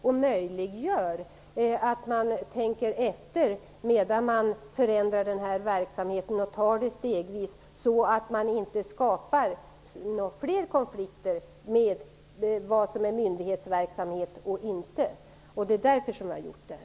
Det möjliggör att man tänker efter medan man förändrar verksamheten och tar det stegvis. Då undviker man att det skapas fler konflikter om vad som är myndighetsverksamhet och inte. Det är därför som vi har gjort detta.